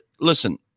listen